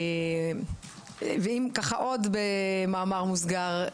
ואם ככה עוד במאמר מוסגר,